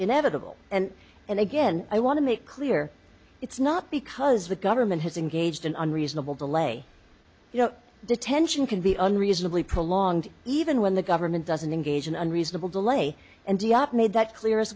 inevitable and and again i want to make clear it's not because the government has engaged in an unreasonable delay you know detention can be unreasonably prolonged even when the government doesn't engage in unreasonable delay and made that clear as